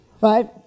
right